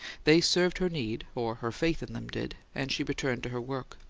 they served her need, or her faith in them did and she returned to her work.